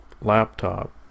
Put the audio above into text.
laptop